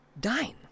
dine